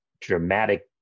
dramatic